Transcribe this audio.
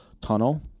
tunnel